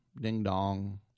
ding-dong